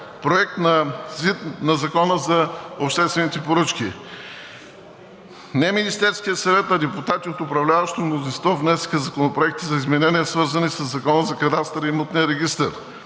за ЗИД на Закона за обществените поръчки. Не Министерският съвет, а депутати от управляващото мнозинство внесоха законопроекти за изменение, свързани със Закона за кадастъра и имотния регистър.